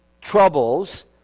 troubles